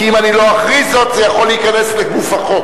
כי אם אני לא אכריז זאת זה יכול להיכנס לגוף החוק.